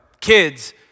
kids